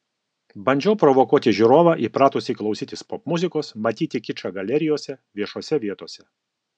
bandžiau provokuoti žiūrovą įpratusį klausytis popmuzikos matyti kičą galerijose viešose vietose